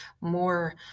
more